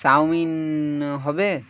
chowmein হবে